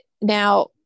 now